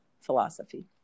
philosophy